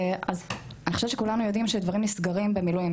אז אני חושבת שכולנו יודעים שדברים נסגרים במילואים